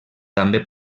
també